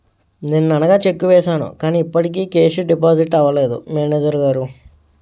నిన్ననగా చెక్కు వేసాను కానీ ఇప్పటికి కేషు డిపాజిట్ అవలేదు మేనేజరు గారు